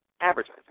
advertising